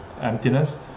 emptiness